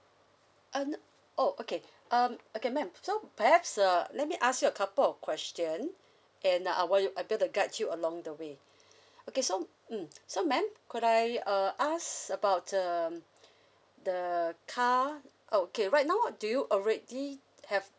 uh no oh okay um okay madam so perhaps uh let me ask you a couple of question and I want you able to guide you along the way okay so mm so madam could I uh I ask about um the car ah okay right now uh do you already have